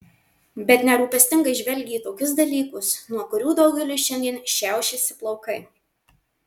bet nerūpestingai žvelgė į tokius dalykus nuo kurių daugeliui šiandien šiaušiasi plaukai